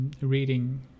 reading